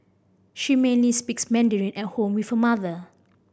she mainly speaks Mandarin at home with her mother